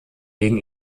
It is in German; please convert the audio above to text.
wegen